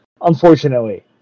unfortunately